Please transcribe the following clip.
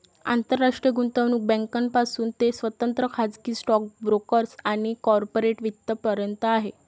आंतरराष्ट्रीय गुंतवणूक बँकांपासून ते स्वतंत्र खाजगी स्टॉक ब्रोकर्स आणि कॉर्पोरेट वित्त पर्यंत आहे